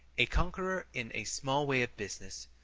a conqueror in a small way of business,